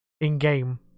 in-game